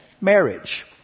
marriage